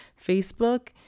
Facebook